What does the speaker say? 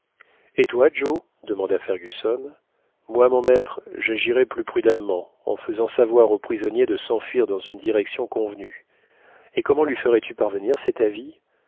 et toi joe demanda fergusson moi mon maître j'agirais plus prudemment en faisant savoir au prisonnier de s'enfuir dans une direction convenue et comment lui ferais-tu parvenir cet avis